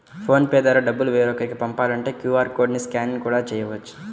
phone pay ద్వారా డబ్బులు వేరొకరికి పంపాలంటే క్యూ.ఆర్ కోడ్ ని స్కాన్ కూడా చేయవచ్చు